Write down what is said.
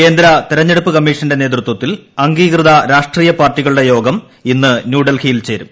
കേന്ദ്ര തെരഞ്ഞെടുപ്പ് കമ്മീഷന്റെ നേതൃത്വത്തിൽ അംഗീകൃത രാഷ്ട്രീയ പാർട്ടികളുടെ യോഗം ഇന്ന് ന്യൂഡൽഹിയിൽ ചേരും